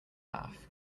laugh